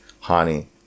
honey